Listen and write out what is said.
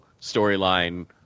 storyline